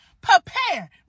Prepare